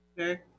Okay